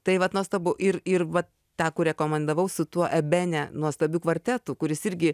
tai vat nuostabu ir ir va tą kur rekomendavau su tuo ebene nuostabiu kvartetu kuris irgi